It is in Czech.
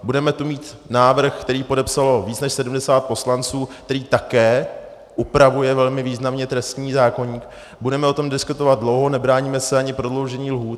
Budeme tu mít návrh, který podepsalo více než 70 poslanců, který také upravuje velmi významně trestní zákoník, budeme o tom diskutovat dlouho, nebráníme se ani prodloužení lhůt.